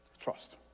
trust